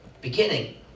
beginning